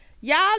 y'all